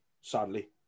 sadly